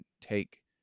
take